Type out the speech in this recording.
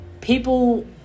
people